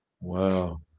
Wow